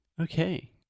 Okay